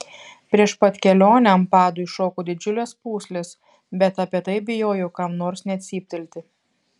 prieš pat kelionę ant padų iššoko didžiulės pūslės bet apie tai bijojau kam nors net cyptelti